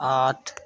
आठ